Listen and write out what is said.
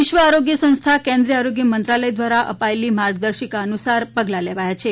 વિશ્વ આરોગ્ય સંસ્થા કેન્દ્રીય આરોગ્ય મંત્રાલય દ્વારા અપાયેલી માર્ગદર્શિકા અનુસાર પગલા લેવાયા છે